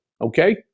okay